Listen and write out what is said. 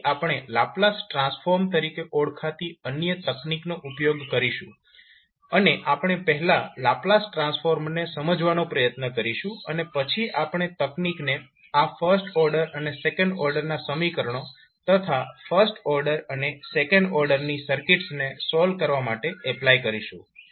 તેથી આપણે Laplace transform તરીકે ઓળખાતી અન્ય તકનીકનો ઉપયોગ કરીશું અને આપણે પહેલા લાપ્લાસ ટ્રાન્સફોર્મને સમજવાનો પ્રયત્ન કરીશું અને પછી આપણે તકનીકને આ ફર્સ્ટ ઓર્ડર અને સેકન્ડ ઓર્ડરના સમીકરણો તથા ફર્સ્ટ ઓર્ડર અને સેકન્ડ ઓર્ડરની સર્કીટ્સને સોલ્વ કરવા માટે એપ્લાય કરીશું